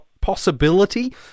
possibility